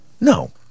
No